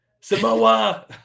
samoa